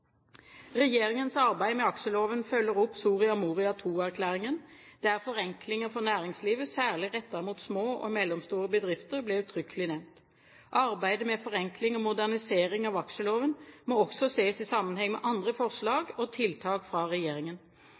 Regjeringens arbeid med aksjeloven følger opp Soria Moria II-erklæringen, der forenklinger for næringslivet, særlig rettet mot små og mellomstore bedrifter, ble uttrykkelig nevnt. Arbeidet med forenkling og modernisering av aksjeloven må også ses i sammenheng med andre forslag og tiltak fra regjeringen.